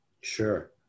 Sure